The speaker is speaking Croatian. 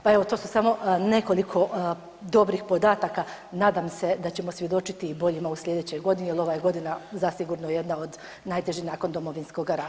Pa evo to je samo nekoliko dobrih podataka, nadam se da ćemo svjedočiti i boljima u sljedećoj godini jel ova je godina zasigurno jedna od najtežih nakon Domovinskoga rata.